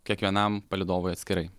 kiekvienam palydovui atskirai